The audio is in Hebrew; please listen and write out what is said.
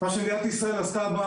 שאנחנו נבין איפה אנחנו נמצאים.